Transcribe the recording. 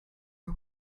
are